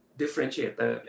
differentiator